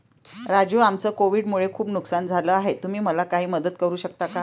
राजू आमचं कोविड मुळे खूप नुकसान झालं आहे तुम्ही मला काही मदत करू शकता का?